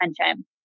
attention